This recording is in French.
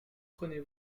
prenez